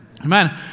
Amen